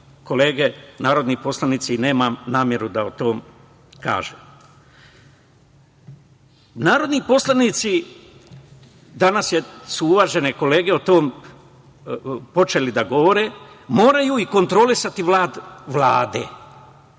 kolege narodni poslanici. Nemam nameru da o tome pričam. Narodni poslanici, danas su uvažene kolege o tome počeli da govore, moraju i kontrolisati rad